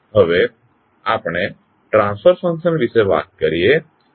હવે આપણે transfer function વિશે વાત કરીએ